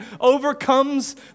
overcomes